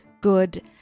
good